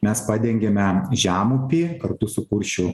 mes padengiame žemupį kartu su kuršių